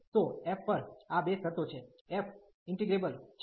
તો f પર આ બે શરતો છે f ઇન્ટિગ્રેબલ છે